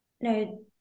no